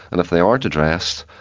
and if they aren't addressed,